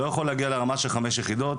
לא יכול להגיע לרמה של חמש יחידות,